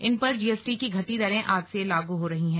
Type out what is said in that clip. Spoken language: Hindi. इन पर जीएसटी की घटी दरें आज से लागू हो रही हैं